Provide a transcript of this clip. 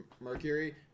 Mercury